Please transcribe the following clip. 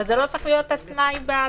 אבל זה לא צריך להיות התנאי בתקנות.